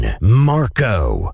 Marco